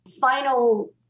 final